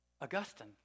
Augustine